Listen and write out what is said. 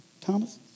Thomas